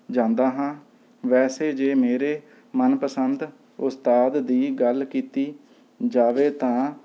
ਜਾਂਦਾ ਹਾਂ ਵੈਸੇ ਜੇ ਮੇਰੇ ਮਨਪਸੰਦ ਉਸਤਾਦ ਦੀ ਗੱਲ ਕੀਤੀ ਜਾਵੇ ਤਾਂ